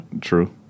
True